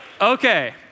Okay